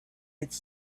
its